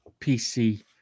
PC